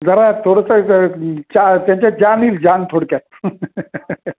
जरा थोडंसं चा त्यांच्या जान येईल जान थोडक्यात